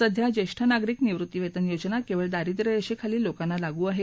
सध्या ज्येष्ठ नागरिक निवृत्तीवेतन योजना केवळ दारिद्र्यरेषेखालील लोकांना लागू आहे